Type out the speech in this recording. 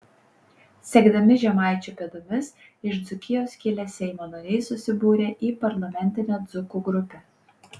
sekdami žemaičių pėdomis iš dzūkijos kilę seimo nariai susibūrė į parlamentinę dzūkų grupę